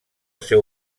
seu